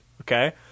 Okay